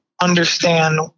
understand